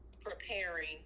preparing